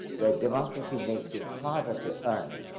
where democracy makes it harder to earn it.